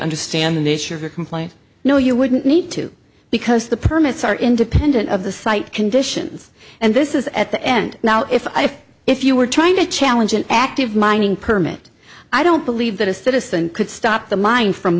understand the nature of your complaint no you wouldn't need to because the permits are independent of the site conditions and this is at the end now if if you were trying to challenge an active mining permit i don't believe that a citizen could stop the mine from